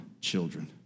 children